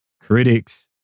critics